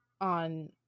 on